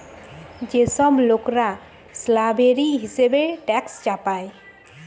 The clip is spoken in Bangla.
যে সব লোকরা স্ল্যাভেরি হিসেবে ট্যাক্স চাপায়